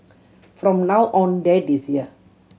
from now on dad is here